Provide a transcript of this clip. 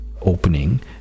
opening